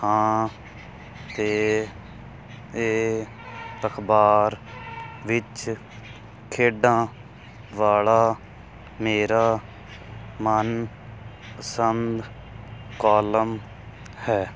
ਹਾਂ ਅਤੇ ਇਹ ਅਖਬਾਰ ਵਿੱਚ ਖੇਡਾਂ ਵਾਲਾ ਮੇਰਾ ਮਨਪਸੰਦ ਕੋਲਮ ਹੈ